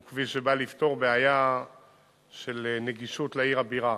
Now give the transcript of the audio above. הוא כביש שבא לפתור בעיה של נגישות לעיר הבירה.